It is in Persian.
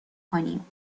کنیم